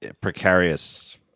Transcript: precarious